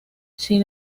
sin